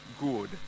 good